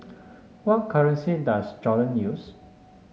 what currency does Jordan use